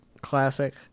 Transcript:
Classic